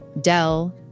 Dell